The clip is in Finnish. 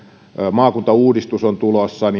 maakuntauudistus on tulossa